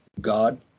god